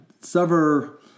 sever